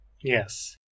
Yes